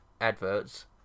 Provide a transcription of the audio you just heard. adverts